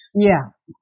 Yes